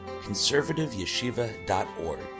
conservativeyeshiva.org